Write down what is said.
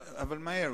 בבקשה,